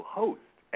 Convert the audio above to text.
host